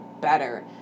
better